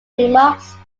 remarks